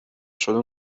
شده